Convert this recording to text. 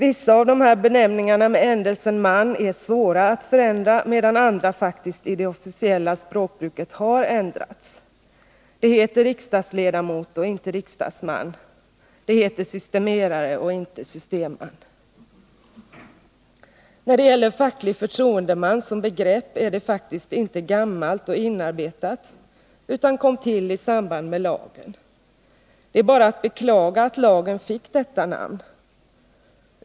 Vissa av dessa benämningar med ändelsen man är svåra att förändra medan andra faktiskt har ändrats i det officiella språkbruket. Det heter riksdagsledamot, inte riksdagsman. Det heter systemerare, inte systemman. När det gäller begreppet facklig förtroendeman, så är det inte gammalt och inarbetat, utan det kom till i samband med lagen. Det är bara att beklaga att lagen fick detta namn.